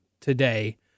today